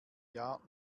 jahr